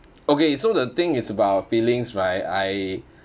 okay so the thing is about feelings right I